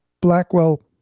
Blackwell